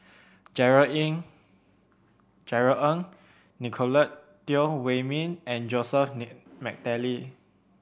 Jerry In Jerry Ng Nicolette Teo Wei Min and Joseph McNally